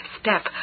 step